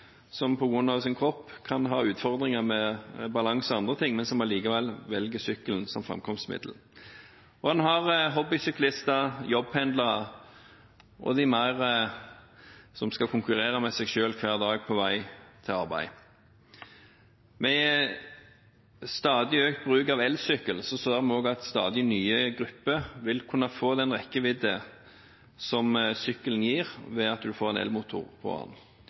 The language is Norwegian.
som på grunn av sin kropp kan ha utfordringer med balanse og andre ting, men som likevel velger sykkelen som framkomstmiddel. Og vi har hobbysyklister, jobbpendlere og de som skal konkurrere med seg selv hver dag på vei til arbeid. Med økt bruk av elsykkel ser vi også at stadig nye grupper vil kunne få den rekkevidden som sykkelen gir når man får en elmotor på